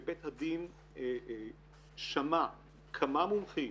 ובית הדין שמע כמה מומחים